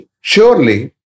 surely